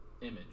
image